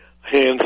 Hands